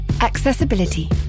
accessibility